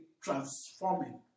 transforming